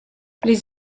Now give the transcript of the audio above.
les